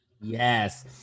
Yes